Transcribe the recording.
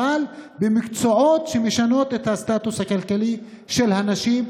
אבל במקצועות שמשנים את הסטטוס הכלכלי של הנשים,